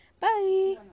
bye